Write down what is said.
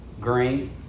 Green